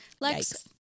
Lex